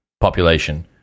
population